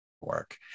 work